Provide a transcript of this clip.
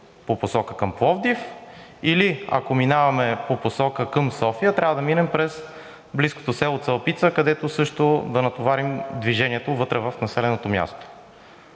по посока Пловдив, или, ако минаваме по посока към София, трябва да минем през близкото село Цалапица, където също да натоварим движението вътре в населеното място.